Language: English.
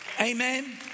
Amen